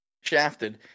shafted